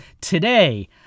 today